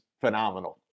phenomenal